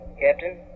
Captain